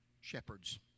shepherds